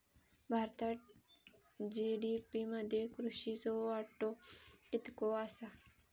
भारतात जी.डी.पी मध्ये कृषीचो वाटो कितको आसा?